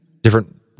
Different